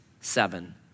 seven